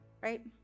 right